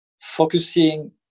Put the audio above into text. focusing